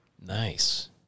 Nice